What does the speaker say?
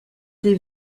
des